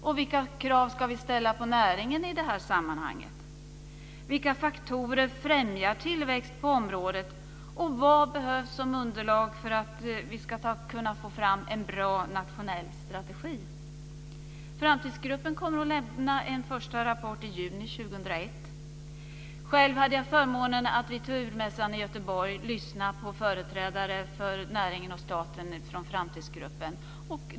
Och vilka krav ska vi ställa på näringen i sammanhanget? Vilka faktorer främjar tillväxt på området? Vad behövs som underlag för att vi ska kunna få fram en bra nationell strategi? Framtidsgruppen kommer att lämna en första rapport i juni 2001. Själv hade jag förmånen att vid Turmässan i Göteborg lyssna på företrädare för näringen och staten från Framtidsgruppen.